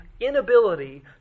inability